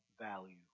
value